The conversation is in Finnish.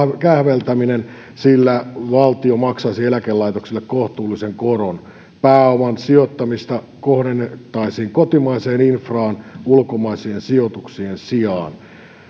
kähveltäminen sillä valtio maksaisi eläkelaitoksille kohtuullisen koron pääoman sijoittamista kohdennettaisiin kotimaiseen infraan ulkomaisien sijoituksien sijaan